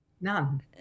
None